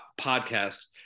podcast